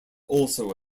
also